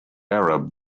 arab